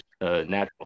natural